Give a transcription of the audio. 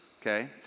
Okay